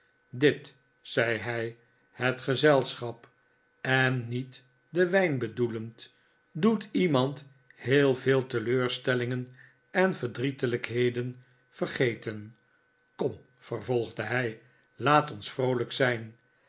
dit zei hij het gezelschap en niet den wijii bedoelend doet iertiand heel veel teleurstellingen en verdrietelijkheden vergeten kom vervolgde hij laat ons vroolijk zijn